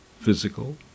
physical